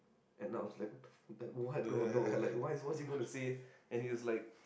and I was like like what oh no like why what is he gonna say and he was like